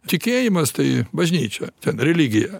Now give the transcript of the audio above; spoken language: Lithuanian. tikėjimas tai bažnyčia religija